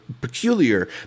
peculiar